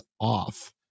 off